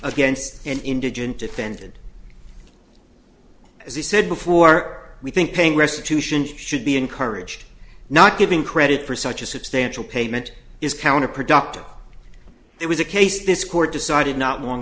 against an indigent defended as i said before we think paying restitution should be encouraged not giving credit for such a substantial payment is counterproductive there was a case this court decided not long